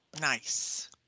Nice